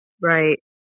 Right